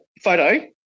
photo